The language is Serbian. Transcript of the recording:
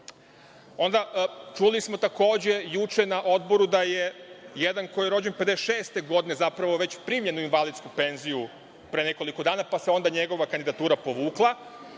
penziju. Čuli smo takođe juče na Odboru da je jedan koji je rođen 1956. godine zapravo već primljen u invalidsku penziju pre nekoliko dana, pa se onda njegova kandidatura povukla.